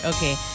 Okay